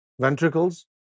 ventricles